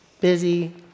busy